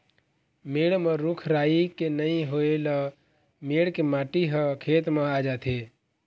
मेड़ म रूख राई के नइ होए ल मेड़ के माटी ह खेत म आ जाथे